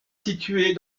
située